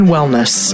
Wellness